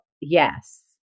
yes